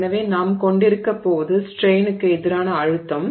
எனவே நாம் கொண்டிருக்கப் போவது ஸ்ட்ரெய்னுக்கு எதிரான அழுத்தம்